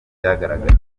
cyagaragaye